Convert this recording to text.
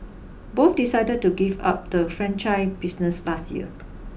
both decided to give up the franchise business last year